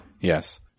Yes